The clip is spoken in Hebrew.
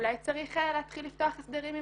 אולי צריך להתחיל לפתוח הסדרים עם